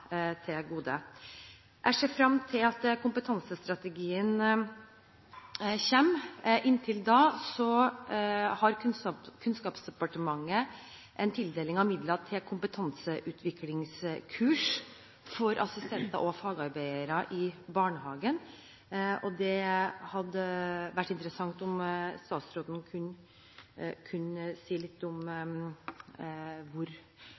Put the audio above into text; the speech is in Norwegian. til gode. Jeg ser frem til at kompetansestrategien kommer. Inntil da har Kunnskapsdepartementet en tildeling av midler til kompetanseutviklingskurs for assistenter og fagarbeidere i barnehagen. Det hadde vært interessant om statsråden kunne si litt om